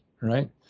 right